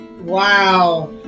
Wow